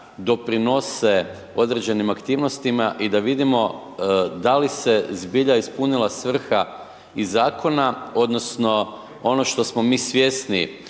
doprinose određenim aktivnostima i da vidimo da li se zbilja ispunila svrha iz zakona odnosno ono što smo mi svjesni